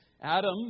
Adam